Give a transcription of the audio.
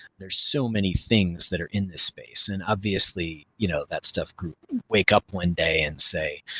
there are so many things that are in the space and obviously you know that stuff group wake up one day and say,